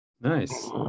Nice